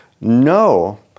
no